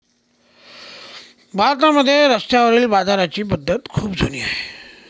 भारतामध्ये रस्त्यावरील बाजाराची पद्धत खूप जुनी आहे